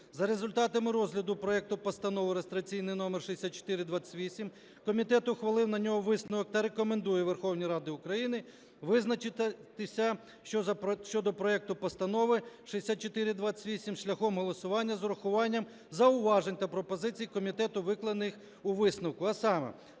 За результатами розгляду проекту Постанови реєстраційний номер 6428 комітет ухвалив на нього висновок та рекомендує Верховній Раді України визначитися щодо проекту Постанови 6428 шляхом голосування з урахуванням зауважень та пропозицій комітету, викладених у висновку. А саме: